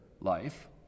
life